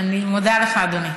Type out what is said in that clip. אני מודה לך, אדוני.